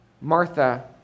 Martha